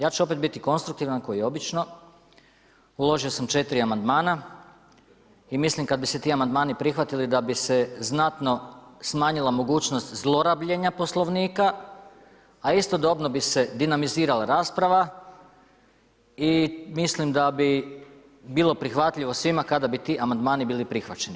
Ja ću opet biti konstruktivan kao i obično, uložio sam 4 amandmana i mislim kad bi se ti amandmani prihvatili da bi se znatno smanjila mogućnost zlorabljenja Poslovnika, a istodobno bi se dinamizirala rasprava i mislim da bi bilo prihvatljivo svima kada bi ti amandmani bili prihvaćeni.